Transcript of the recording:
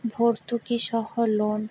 ভর্তুকি সহ লোন